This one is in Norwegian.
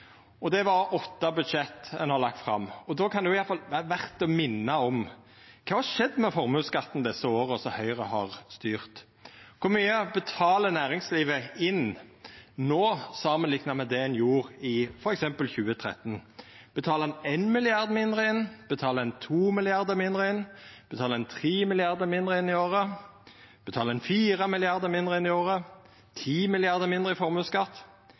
og at det er åtte budsjett ein har lagt fram. Då kan det iallfall vera verdt å minna om kva som har skjedd med formuesskatten desse åra som Høgre har styrt. Kor mykje betalar næringslivet inn no, samanlikna med det ein gjorde f.eks. i 2013? Betalar ein éin milliard mindre inn? Betalar ein to milliardar mindre inn? Betalar ein tre milliardar mindre inn i året? Betalar ein fire milliardar mindre inn i året? Ti milliardar mindre i formuesskatt?